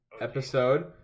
episode